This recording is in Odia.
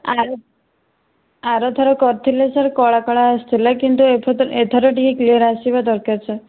ଆର ଆର ଥର କରିଥିଲେ ସାର୍ କଳାକଳା ଆସିଥିଲା କିନ୍ତୁ ଏଥର ଏଥର ଟିକେ କ୍ଲିଅର ଆସିବା ଦରକାର ସାର୍